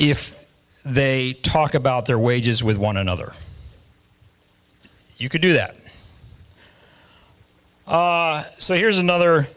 if they talk about their wages with one another you could do that so here's another